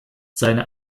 seine